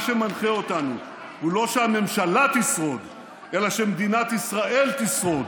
שמנחה אותנו הוא לא שהממשלה תשרוד אלא שמדינת ישראל תשרוד,